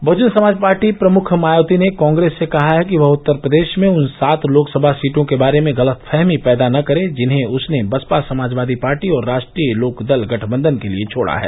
Bahujan Samaj party प्रमुख मायावती ने कांग्रेस से कहा है कि वह उत्तर प्रदेश में उन सात लोकसभा सीटों के बारे में गलतफहमी पैदा न करे जिन्हें उसने बसपा समाजवादी पार्टी और राष्ट्रीय लोकदल गठबंधन के लिए छोड़ा है